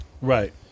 right